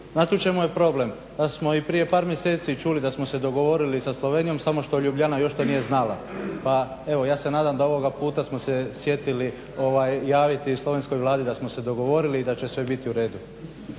Znate u čemu je problem? da smo i prije par mjeseci čuli da smo se dogovorili sa Slovenijom samo što Ljubljana još to nije znala. Pa evo ja se nadam da ovoga puta smo se sjetili javiti Slovenskoj vladi da smo se dogovorili i da će sve biti uredu.